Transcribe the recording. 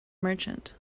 merchant